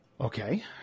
Okay